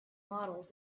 models